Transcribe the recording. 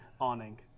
awning